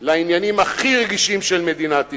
על העניינים הכי רגישים של מדינת ישראל.